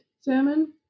salmon